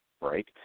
break